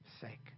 sake